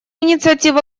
инициативы